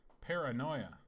Paranoia